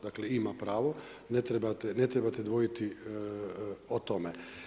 Dakle ima pravo, ne trebate dvojiti o tome.